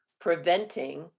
preventing